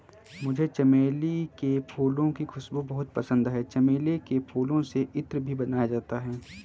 मुझे चमेली के फूलों की खुशबू बहुत पसंद है चमेली के फूलों से इत्र भी बनाया जाता है